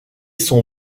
son